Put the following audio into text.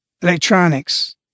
electronics